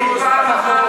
פעם אחת,